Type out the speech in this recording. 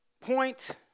Point